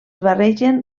barregen